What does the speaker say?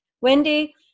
Wendy